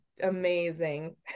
amazing